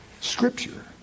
Scripture